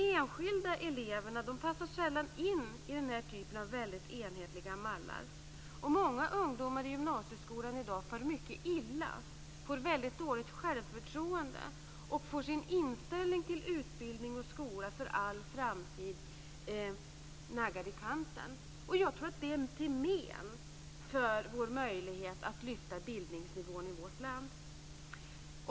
Enskilda elever passar sällan in i den här typen av väldigt enhetliga mallar. Många ungdomar i gymnasieskolan i dag far mycket illa. De får ett väldigt dåligt självförtroende och får sin inställning till skola och utbildning för all framtid naggad i kanten. Jag tror att detta är till men för vår möjlighet att lyfta bildningsnivån i vårt land.